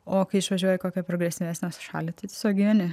o kai išvažiuoji į kokią progresyvesnę šalį tiesiog gyveni